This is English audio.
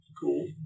Cool